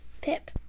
pip